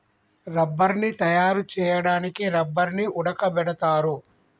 రబ్బర్ని తయారు చేయడానికి రబ్బర్ని ఉడకబెడతారు